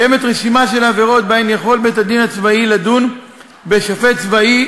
קיימת רשימה של עבירות שבהן יכול בית-הדין הצבאי לדון בשופט צבאי,